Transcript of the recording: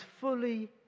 fully